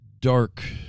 dark